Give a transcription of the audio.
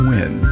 Win